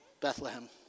Bethlehem